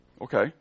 Okay